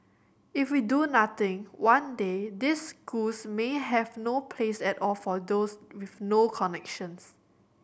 if we do nothing one day these schools may have no place at all for those with no connections